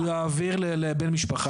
אז הוא יעביר לבן משפחה.